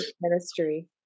ministry